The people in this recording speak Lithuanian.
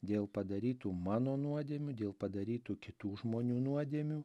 dėl padarytų mano nuodėmių dėl padarytų kitų žmonių nuodėmių